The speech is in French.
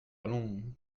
allons